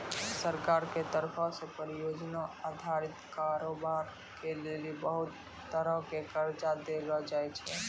सरकार के तरफो से परियोजना अधारित कारोबार के लेली बहुते तरहो के कर्जा देलो जाय छै